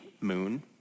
moon